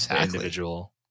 individual